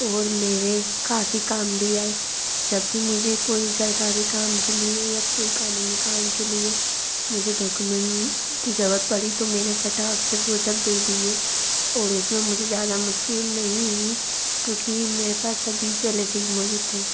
और मेरे काफ़ी काम भी आए जब कि मुझे कोई सरकारी काम के लिए या कोई क़ानूनी काम के लिए मुझे डौकुमेंट की ज़रूरत पड़ी तो मैंने फटाक से वो सब दे दिए और उस में मुझे ज़्यादा मुश्किल नहीं हुई क्योंकि मेरे पास सभी पहले से ही मौजूद थे